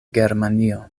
germanio